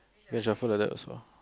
then shuffle like that also